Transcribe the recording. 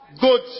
good